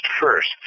first